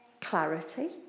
Clarity